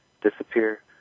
disappear